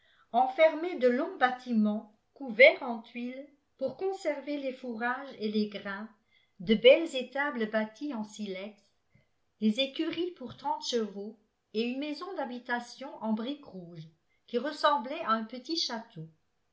enfermait de longs bâtiments couverts en tuiles pour conserver les fourrages et les grains de belles étables bâties en silex des écuries pour trente chevaux et une maison d'habitation en brique rouge qui ressemblait à un petit château